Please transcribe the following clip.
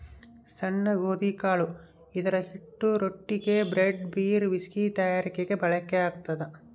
ಸಣ್ಣ ಗೋಧಿಕಾಳು ಇದರಹಿಟ್ಟು ರೊಟ್ಟಿಗೆ, ಬ್ರೆಡ್, ಬೀರ್, ವಿಸ್ಕಿ ತಯಾರಿಕೆಗೆ ಬಳಕೆಯಾಗ್ತದ